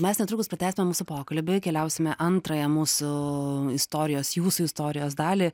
mes netrukus pratęsime mūsų pokalbį keliausime antrąją mūsų istorijos jūsų istorijos dalį